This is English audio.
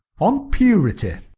on purity.